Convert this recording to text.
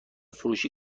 فروشی